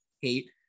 hate